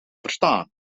verstaan